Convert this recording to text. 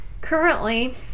Currently